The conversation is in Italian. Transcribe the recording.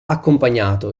accompagnato